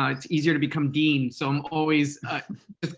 um it's easier to become dean, so i'm always